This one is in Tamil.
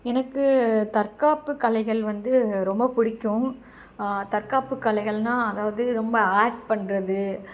எனக்கு தற்காப்புக் கலைகள் வந்து ரொம்ப பிடிக்கும் தற்காப்புக் கலைகள்னால் அதாவது ரொம்ப ஆர்ட் பண்ணுறது